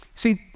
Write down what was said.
See